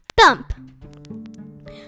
Thump